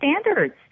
standards